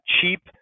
cheap